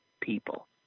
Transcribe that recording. people